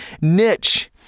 Niche